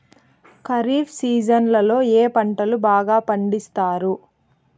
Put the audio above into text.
ఖరీఫ్ సీజన్లలో ఏ పంటలు బాగా పండిస్తారు